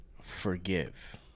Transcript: Forgive